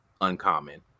uncommon